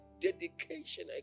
dedication